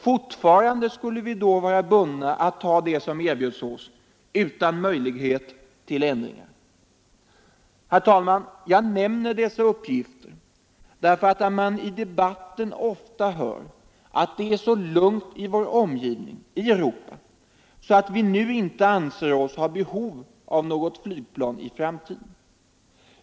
Fortfarande skulle vi då vara bundna att ta det som erbjöds oss utan möjlighet till ändringar. Herr talman! Jag nämner dessa uppgifter därför att man i debatten ofta hör att det är så lugnt i vår omgivning i Europa att vi nu inte anser oss ha behov av något flygplan i framtiden.